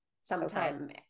sometime